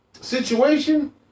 situation